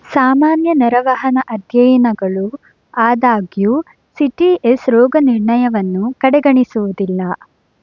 ಸಾಮಾನ್ಯ ನರವಹನ ಅಧ್ಯಯನಗಳು ಆದಾಗ್ಯೂ ಸಿ ಟಿ ಎಸ್ ರೋಗನಿರ್ಣಯವನ್ನು ಕಡೆಗಣಿಸುವುದಿಲ್ಲ